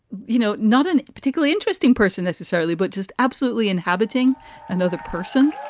you know, not an particularly interesting person necessarily, but just absolutely inhabiting another person.